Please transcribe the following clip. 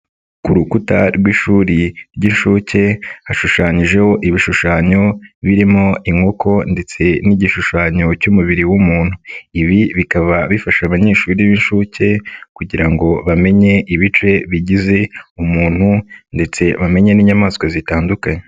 Ku rukuta rw'ishuri ry'inshuke, hashushanyijeho ibishushanyo birimo inkoko ndetse n'igishushanyo cy'umubiri w'umuntu. Ibi bikaba bifasha abanyeshuri b'inshuke, kugira ngo bamenye ibice bigize umuntu ndetse bamenye n'inyamaswa zitandukanye.